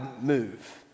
move